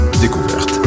découverte